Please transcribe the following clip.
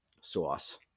sauce